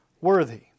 worthy